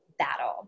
battle